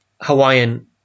Hawaiian